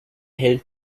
hellen